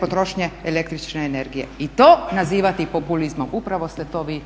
potrošnje električne energije. I to nazivati populizmom upravo ste to vi razotkrili.